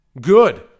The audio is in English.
Good